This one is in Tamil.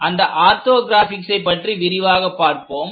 அந்த ஆர்த்தோகிராஃபிக்ஸை பற்றி விரிவாகப் பார்ப்போம்